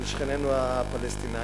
אל שכנינו הפלסטינים.